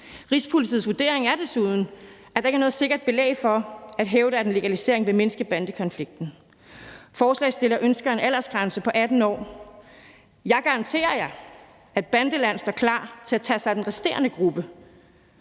Rigspolitiets vurdering er desuden, at der ikke er noget sikkert belæg for at hævde, at en legalisering vil mindske bandekonflikten. Forslagsstillerne ønsker en aldersgrænse på 18 år. Jeg garanterer jer, at bandelandet står klar til at tage sig af den resterende gruppe.